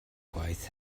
gwaith